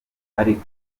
ariko